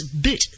bit